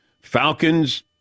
Falcons